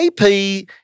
AP